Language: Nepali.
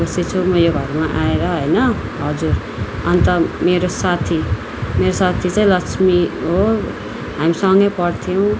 खुसी छु म यो घरमा आएर होइन हजुर अन्त मेरो साथी मेरो साथी चाहिँ लक्ष्मी हो हामीसँगै पढ्थ्यौँ